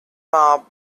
mob